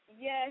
Yes